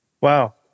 wow